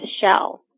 shell